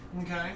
Okay